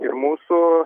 ir mūsų